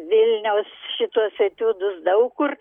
vilniaus šituos etiudus daug kur